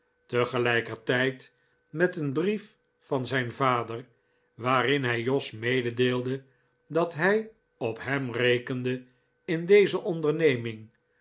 tegelijkertijd met een brief van zijn vader waarin hij jos mededeelde dat hij op hem rekende in deze onderneming